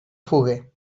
foguer